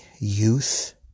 youth